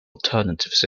alternatives